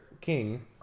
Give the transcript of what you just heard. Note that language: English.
king